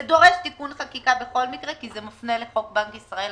זה דורש תיקון חקיקה בכל מקרה כי זה מופנה לחוק בנק ישראל,